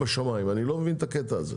בשמיים, אני לא מבין את הקטע הזה.